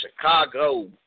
Chicago